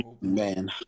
Man